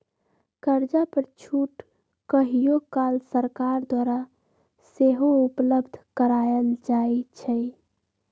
कर्जा पर छूट कहियो काल सरकार द्वारा सेहो उपलब्ध करायल जाइ छइ